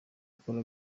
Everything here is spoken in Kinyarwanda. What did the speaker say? akora